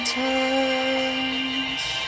touch